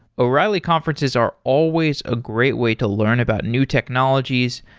o'reilly conferences are always a great way to learn about new technologies,